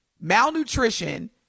Malnutrition